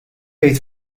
jgħid